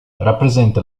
rappresenta